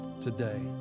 today